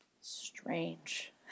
strange